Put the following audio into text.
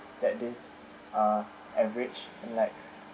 that this uh average and like